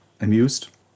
amused